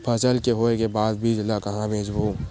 फसल के होय के बाद बीज ला कहां बेचबो?